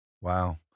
Wow